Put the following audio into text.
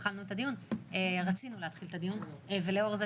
הדבר הזה